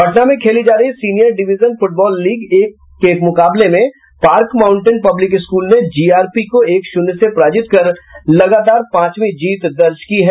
पटना में खेली जा रही सीनियर डिविजन फुटबॉल लीग के एक मुकाबले में पार्क माउंटेन पब्लिक स्कूल ने जीआरपी को एक शून्य से पराजित कर लगातार पांचवीं जीत दर्ज की है